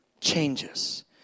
changes